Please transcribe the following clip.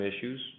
issues